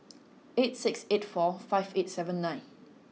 eight six eight four five eight seven nine